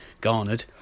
garnered